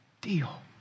deal